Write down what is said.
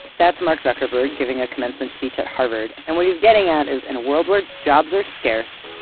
that's mark zuckerberg giving a commencement speech at harvard, and what he's getting at is, in a world where jobs are scarce,